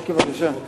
אוקיי, בבקשה.